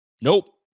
Nope